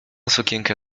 sukienkę